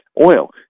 oil